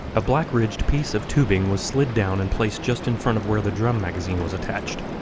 a black ridged piece of tubing was slid down and placed just in front of where the drum magazine was attached.